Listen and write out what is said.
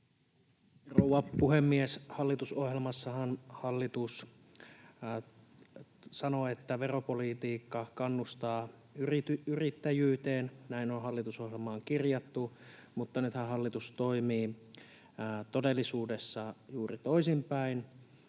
Rouva puhemies! Hallitusohjelmassahan hallitus sanoo, että veropolitiikka kannustaa yrittäjyyteen — näin on hallitusohjelmaan kirjattu — mutta nythän hallitus toimii todellisuudessa juuri toisinpäin.